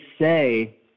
say